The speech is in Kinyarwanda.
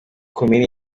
komini